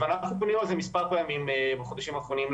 ואנחנו פנינו על זה מספר פעמים בחודשים האחרונים,